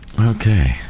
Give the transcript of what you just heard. Okay